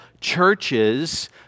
churches